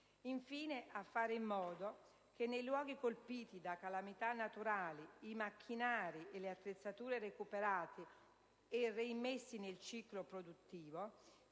stessa; a fare in modo che, nei luoghi colpiti da calamità naturali, i macchinari e le attrezzature recuperati e reimmessi nel ciclo produttivo